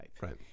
Right